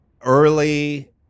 early